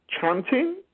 chanting